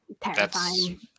terrifying